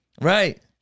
Right